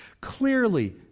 Clearly